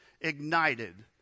ignited